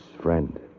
friend